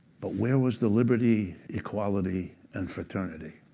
but where was the liberty, equality, and fraternity?